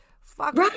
fuck